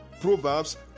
proverbs